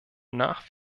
nach